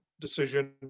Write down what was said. decision